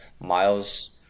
miles